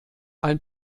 ein